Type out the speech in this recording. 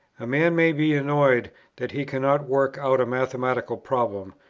a man may be annoyed that he cannot work out a mathematical problem,